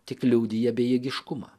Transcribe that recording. tik liudija bejėgiškumą